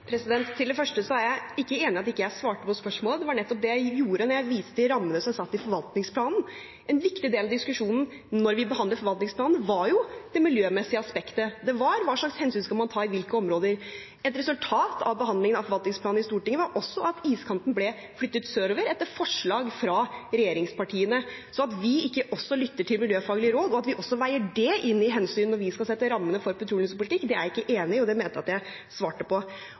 Til det første: Jeg er ikke enig i at jeg ikke svarte på spørsmålet. Det var nettopp det jeg gjorde da jeg viste til rammene som er satt i forvaltningsplanen. En viktig del av diskusjonen da vi behandlet forvaltningsplanen, var jo det miljømessige aspektet: Hva slags hensyn skal man ta i hvilke områder? Et resultat av behandlingen av forvaltningsplanen i Stortinget var også at iskanten ble flyttet sørover etter forslag fra regjeringspartiene. Så at vi ikke også lytter til miljøfaglige råd, og at vi ikke veier det inn i hensyn når vi skal sette rammene for petroleumspolitikken, er jeg ikke enig i, og det mener jeg at jeg svarte på.